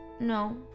No